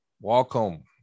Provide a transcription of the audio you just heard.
Welcome